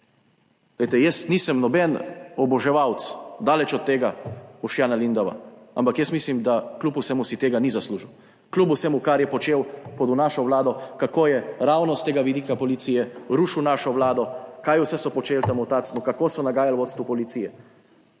Glejte, jaz nisem noben oboževalec, daleč od tega, Boštjana Lindava, ampak jaz mislim, da kljub vsemu si tega ni zaslužil. Kljub vsemu, kar je počel pod našo vlado, kako je ravno s tega vidika policije rušil našo vlado, kaj vse so počeli tam v Tacnu, kako so nagajali vodstvu policije.